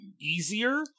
easier